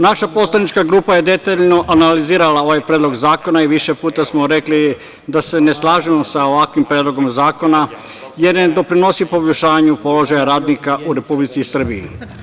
Naša poslanička grupa je detaljno analizirala ovaj predlog zakona i više puta smo rekli da se ne slažemo sa ovakvim predlogom zakona, jer ne doprinosi poboljšanju položaja radnika u Republici Srbiji.